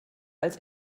als